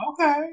Okay